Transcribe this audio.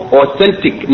authentic